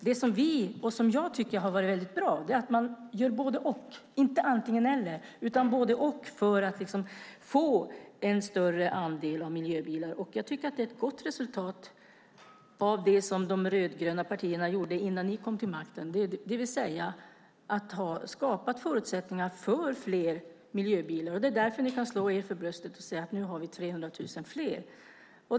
Det som jag tycker har varit väldigt bra är att man gör både-och, inte antingen eller, för att få en större andel miljöbilar. Jag tycker att det är ett gott resultat av det som vi rödgröna partier gjorde innan ni kom till makten, det vill säga skapade förutsättningar för fler miljöbilar. Det är därför ni kan slå er för bröstet och säga att nu har vi 300 000 fler.